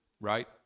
right